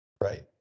Right